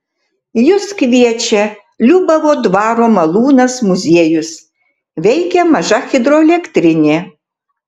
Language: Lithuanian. jus kviečia liubavo dvaro malūnas muziejus veikia maža hidroelektrinė